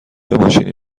ماشینی